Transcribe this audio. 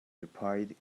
replied